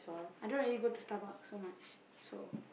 I don't really go to Starbucks so much so